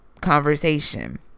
Conversation